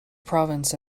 province